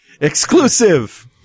Exclusive